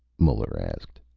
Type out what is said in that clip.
muller asked.